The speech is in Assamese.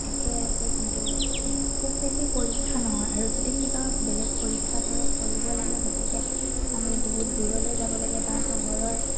ঠিকেই আছে কিন্তু খুব বেছি পৰীক্ষা নহয় আৰু যদি কিবা বেলেগ পৰীক্ষা ধৰক কৰিব লাগে গতিকে আমি বহুত দূৰলৈ যাব লাগে বা চহৰৰ